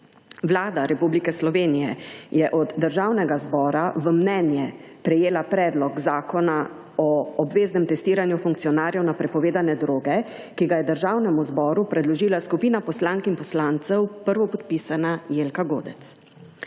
Vlada Republike Slovenije je od Državnega zbora v mnenje prejela Predlog zakona o obveznem testiranju funkcionarjev na prepovedane droge, ki ga je Državnemu zboru predložila skupina poslank in poslancev s prvopodpisano Jelko Godec.